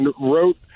wrote